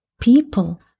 people